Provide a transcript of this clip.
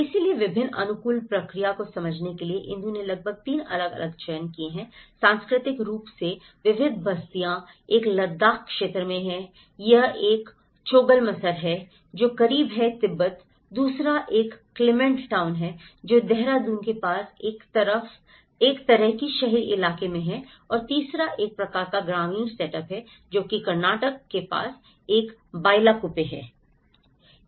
इसलिए विभिन्न अनुकूलन प्रक्रिया को समझने के लिए इंदु ने लगभग 3 अलग अलग चयन किए हैं सांस्कृतिक रूप से विविध बस्तियाँ एक लद्दाख क्षेत्र में है यह एक चोगलमसर है जो करीब है तिब्बत दूसरा एक क्लीमेंट टाउन है जो देहरादून के पास एक तरह के शहरी इलाके में है और तीसरा एक प्रकार का ग्रामीण सेटअप है जो कि कर्नाटक के पास एक बाइलाकुप्पे है